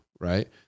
right